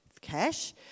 cash